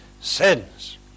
sins